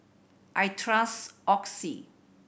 I trust Oxy